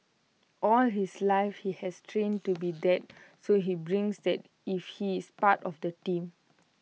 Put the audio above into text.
all his life he has trained to be that so he brings that if he is part of the team